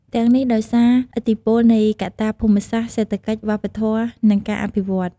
ទាំងនេះដោយសារឥទ្ធិពលនៃកត្តាភូមិសាស្ត្រ សេដ្ឋកិច្ច វប្បធម៌ និងការអភិវឌ្ឍន៍។